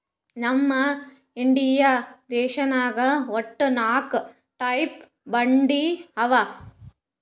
ನಮ್ ಇಂಡಿಯಾ ದೇಶನಾಗ್ ವಟ್ಟ ನಾಕ್ ಟೈಪ್ ಬಂದಿ ಅವಾ